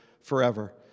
forever